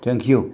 thank you